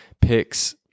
picks